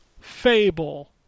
Fable